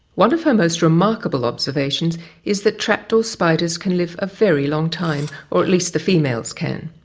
one of her most remarkable observations is that trapdoor spiders can live a very long time or at least the females can.